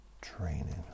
training